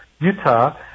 Utah